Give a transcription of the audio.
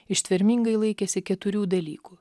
ištvermingai laikėsi keturių dalykų